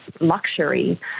luxury